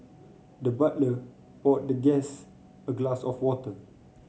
the butler poured the guest a glass of water